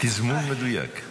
תזמון מדויק,